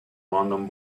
london